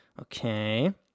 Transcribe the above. Okay